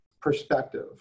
perspective